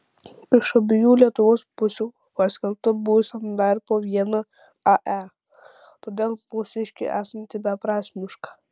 iš abiejų lietuvos pusių paskelbta būsiant dar po vieną ae todėl mūsiškė esanti beprasmiška